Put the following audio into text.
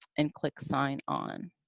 and click sign on.